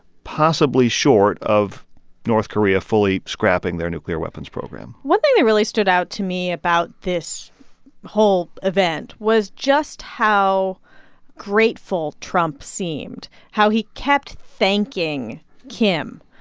possibly short of north korea fully scrapping their nuclear weapons program one thing that really stood out to me about this whole event was just how grateful trump seemed how he kept thanking kim,